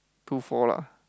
two four lah